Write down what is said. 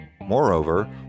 Moreover